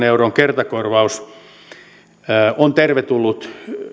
euron kertakorvaus on tervetullut